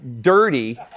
dirty